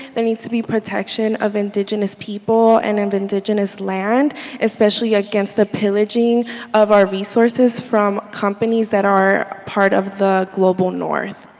there needs to be protection of indigenous people and um indigenous land especially against the pill pillageing of our resources from companies that are part of the global north.